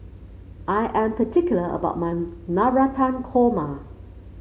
I am particular about mun Navratan Korma